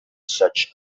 such